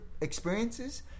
experiences